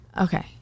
Okay